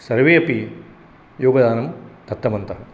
सर्वे अपि योगदानं दत्तवन्तः